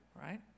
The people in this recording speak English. right